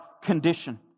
condition